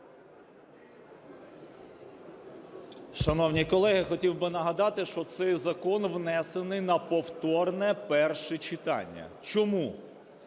Шановні колеги, хотів би нагадати, що цей закон внесений на повторне перше читання. Чому?